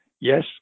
Yes